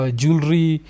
jewelry